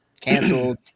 canceled